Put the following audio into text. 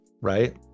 right